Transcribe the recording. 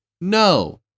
No